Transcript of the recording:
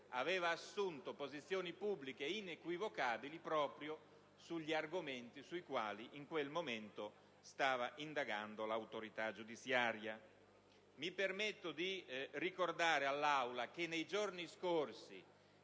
aveva assunto posizioni pubbliche inequivocabili proprio sugli argomenti sui quali in quel momento stava indagando l'autorità giudiziaria. Mi permetto di ricordare all'Assemblea che, nei giorni scorsi,